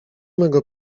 mego